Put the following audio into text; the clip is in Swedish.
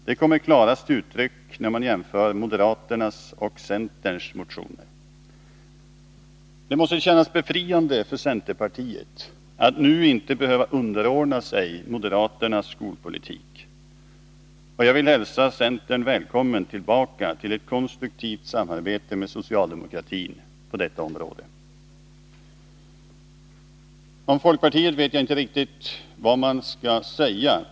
De kommer klarast till uttryck när man jämför moderaternas och centerns motioner. Det måste kännas befriande för centerpartiet att nu inte behöva underordna sig moderaternas skolpolitik. Jag vill hälsa centern välkommen tillbaka till ett konstruktivt samarbete med socialdemokratin på detta område. Om folkpartiet vet jag inte riktigt vad jag skall säga.